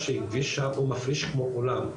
והוא מפריש כמו כולם,